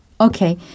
Okay